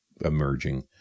emerging